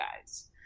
guys